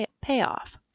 payoff